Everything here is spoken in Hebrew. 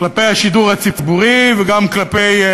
אבל אין דבר אקראי.